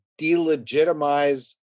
delegitimize